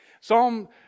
Psalm